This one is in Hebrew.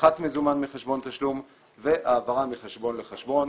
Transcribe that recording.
משיכת מזומן מחשבון תשלום והעברה מחשבון לחשבון.